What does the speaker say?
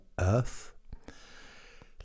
earth